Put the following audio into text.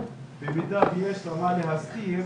במידה ויש לה מה להסתיר,